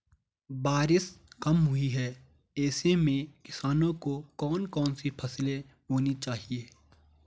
बारिश कम हुई है ऐसे में किसानों को कौन कौन सी फसलें बोनी चाहिए?